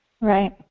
Right